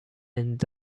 and